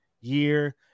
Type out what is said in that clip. year